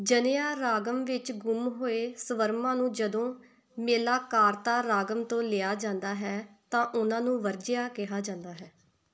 ਜਨਿਆ ਰਾਗਮ ਵਿੱਚ ਗੁੰਮ ਹੋਏ ਸਵਰਮਾਂ ਨੂੰ ਜਦੋਂ ਮੇਲਾਕਾਰਤਾ ਰਾਗਮ ਤੋਂ ਲਿਆ ਜਾਂਦਾ ਹੈ ਤਾਂ ਉਨ੍ਹਾਂ ਨੂੰ ਵਰਜਿਆ ਕਿਹਾ ਜਾਂਦਾ ਹੈ